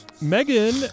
Megan